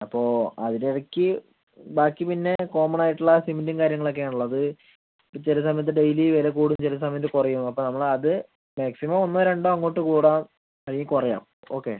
അപ്പോൾ അതിന് ഇടയ്ക്ക് ബാക്കി പിന്നെ കോമണായിട്ടുള്ള സിമൻറ്റും കാര്യങ്ങളൊക്കെ ആണല്ലോ അത് ഇപ്പം ചില സമയത്ത് ഡെയ്ലി വില കൂടും ചില സമയത്ത് കുറയും അപ്പോൾ നമ്മളത് മാക്സിമം ഒന്നോ രണ്ടോ അങ്ങോട്ട് കൂടാം അല്ലെങ്കിൽ കുറയാം ഓക്കെ